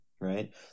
right